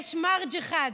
יש מרג' אחד,